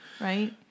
right